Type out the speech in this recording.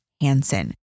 Hansen